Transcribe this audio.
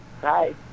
Hi